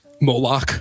Moloch